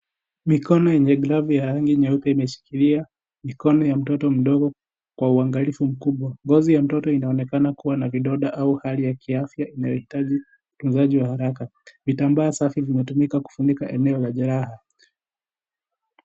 Mikono yenye glavu ya rangi nyeupe imeshikikilia mikono ya mtoto mdogo kwa uangalifu mkubwa. Ngozi ya mtoto inaonekana kuwa na vidonda au hali ya kiafya inayohitaji utunzaji wa haraka. Kitambaa safi kimetumika kufunika eneo la jeraha.